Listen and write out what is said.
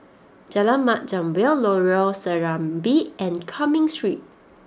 Jalan Mat Jambol Lorong Serambi and Cumming Street